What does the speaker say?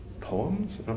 poems